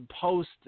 post